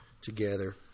together